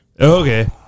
Okay